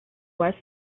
west